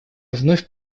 вновь